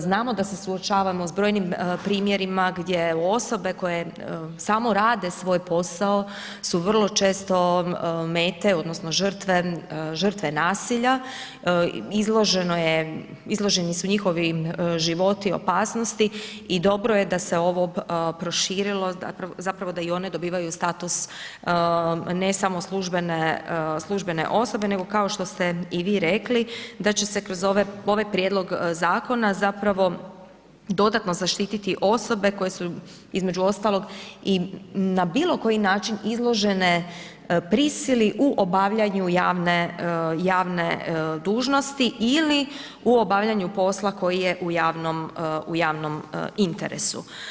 Znamo da se suočavamo s brojnim primjerima gdje osobe koje samo rade svoj posao su vrlo često mete odnosno žrtve, žrtve nasilja, izloženo je, izloženi su njihovi životi opasnosti i dobro je da se ovo proširilo, zapravo da i one dobivaju status ne samo službene, službene osobe nego kao što ste i vi rekli da će se kroz ove, ovaj prijedlog zakona zapravo dodatno zaštititi osobe koje su između ostalog i na bilo koji način izložene prisili u obavljanju javne, javne dužnosti ili u obavljanju posla koji je u javnom, u javnom interesu.